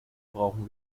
brauchen